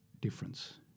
difference